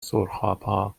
سرخابها